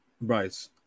Right